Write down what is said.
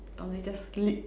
or can just lick